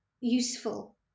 useful